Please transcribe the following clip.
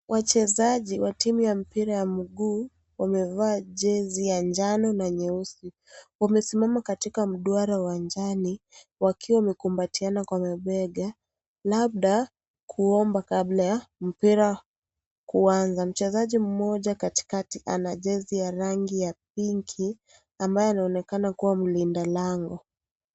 Wachezaji wa timu ya mpira ya miguu, wamevaa jezi ya njano na nyeusi, wamesimama katika mdwaro uwanjani wakiwa wamekubaliana kwa mabega labda kuomba kabla ya mpira kuanza, mchezaji mmoja katikati ana jezi ya pinki ambaye anaonekana kuwa mlinda lango.